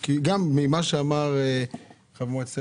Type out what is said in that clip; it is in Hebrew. הרי לא מדובר דווקא בקבלנים הגדולים,